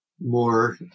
more